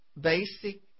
basic